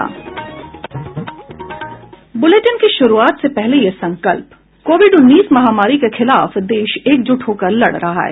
bulletin की शुरूआत से पहले ये संकल्प कोविड उन्नीस महामारी के खिलाफ देश एकजुट होकर लड़ रहा है